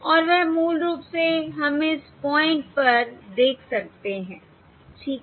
और वह मूल रूप से हम इस पॉइंट पर देख सकते हैं ठीक है